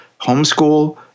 homeschool